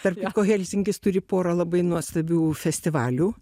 tarp kitko helsinkis turi porą labai nuostabių festivalių